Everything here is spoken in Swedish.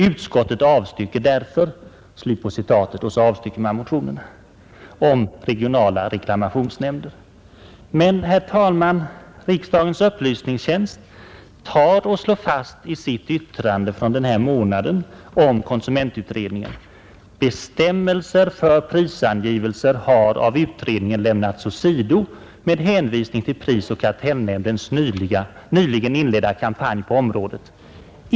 Utskottet avstyrker därför ———”, och så avstyrker man motionen om regionala reklamationsnämnder. Men, herr talman, riksdagens upplysningstjänst slår fast i ett yttrande denna månad om konsumentutredningen: ”Bestämmelser för prisangivelser har av utredningen lämnats åsido med hänvisning till prisoch kartellnämndens nyligen inledda kampanj på området.